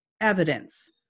evidence